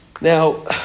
Now